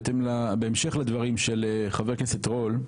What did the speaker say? בהמשך לדברים של חבר הכנסת רול,